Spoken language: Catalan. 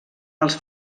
als